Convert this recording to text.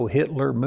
Hitler